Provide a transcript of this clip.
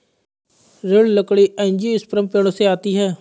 दृढ़ लकड़ी एंजियोस्पर्म पेड़ों से आती है